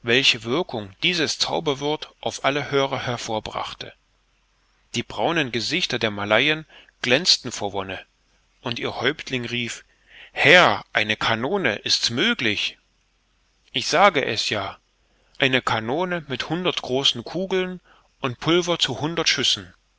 welche wirkung dieses zauberwort auf alle hörer hervorbrachte die braunen gesichter der malayen glänzten vor wonne und ihr häuptling rief herr eine kanone ist's möglich ich sage es ja eine kanone mit hundert großen kugeln und pulver zu hundert schüssen